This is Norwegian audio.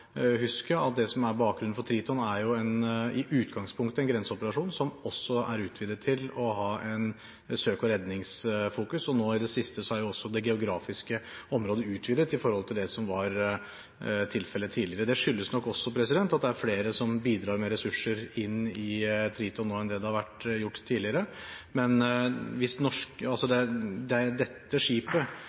huske at det som er bakgrunnen for Triton, er i utgangspunktet en grenseoperasjon som er utvidet til også å ha fokus på søk og redning, og nå i det siste er også det geografiske området utvidet i forhold til det som var tilfellet tidligere. Det skyldes nok også at det er flere som bidrar med ressurser inn i Triton nå enn det har vært gjort tidligere. Men dette skipet skal ikke benyttes i noen innsats i noe som ligner på militær karakter overhodet. Det er